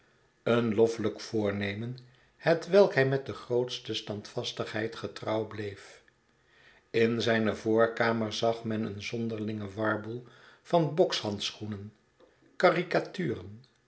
een lofpelijk voornemen hetwelk hij met de grootste standvastigheid getrbuw bleef in zijne voorkamer zag men en zonderlingen warboel van bokshandschoenen